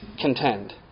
contend